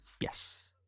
Yes